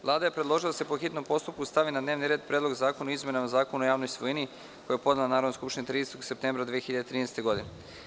Vlada je predložila da se po hitnom postupku stavi na dnevni red Predlog zakona o izmeni Zakona o javnoj svojini, koji je podnela Narodnoj skupštini 30. septembra 2013. godine.